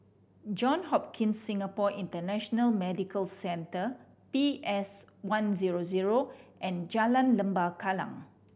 John Hopkins Singapore International Medical Centre P S One zero zero and Jalan Lembah Kallang